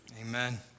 Amen